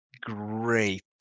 great